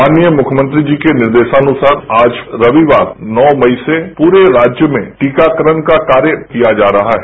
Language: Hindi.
माननीय मुख्यमंत्री जी के निर्देशानुसार आज रविवार नौ मई से पूरे राज्य में टीकाकरण का कार्य प्रारंभ किया जा रहा है